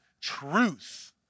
truth